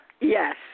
Yes